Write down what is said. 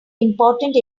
important